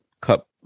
cup